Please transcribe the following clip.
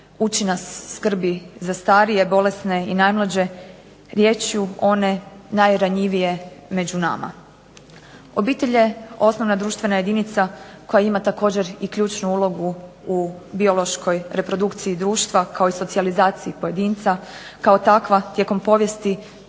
uči nas skrbi za starije, bolesne i najmlađe, …/Govornica se ne razumije./… one najranjivije među nama. Obitelj je osnovna društvena jedinica koja ima također i ključnu ulogu u biološkoj reprodukciji društva, kao i socijalizaciji pojedinca, kao takva tijekom povijesti